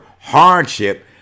hardship